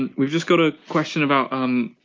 and we've just got a question about um